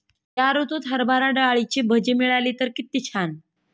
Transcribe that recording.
या ऋतूत हरभरा डाळीची भजी मिळाली तर कित्ती छान